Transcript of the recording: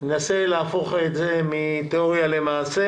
ננסה להפוך את זה מתיאוריה למעשה